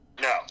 no